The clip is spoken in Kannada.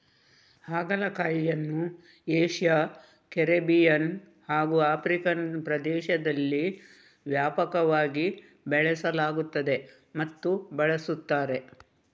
ಹಾಗಲಕಾಯಿಯನ್ನು ಏಷ್ಯಾ, ಕೆರಿಬಿಯನ್ ಹಾಗೂ ಆಫ್ರಿಕನ್ ಪ್ರದೇಶದಲ್ಲಿ ವ್ಯಾಪಕವಾಗಿ ಬೆಳೆಸಲಾಗುತ್ತದೆ ಮತ್ತು ಬಳಸುತ್ತಾರೆ